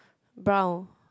brown